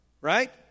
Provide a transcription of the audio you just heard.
Right